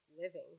living